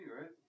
right